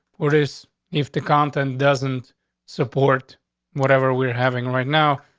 what is if the content doesn't support whatever we're having right now?